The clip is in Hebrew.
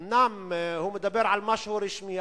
ואומנם הוא מדבר על משהו רשמי,